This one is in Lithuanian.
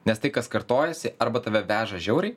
nes tai kas kartojasi arba tave veža žiauriai